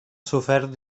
sofert